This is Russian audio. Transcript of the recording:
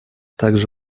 также